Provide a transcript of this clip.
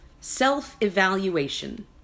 Self-evaluation